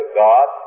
god